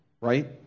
right